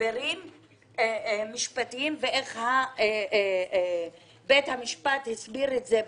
הסברים משפטיים ואיך בית המשפט הסביר את זה בעבר.